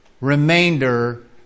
remainder